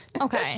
Okay